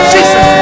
Jesus